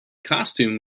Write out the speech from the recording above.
costume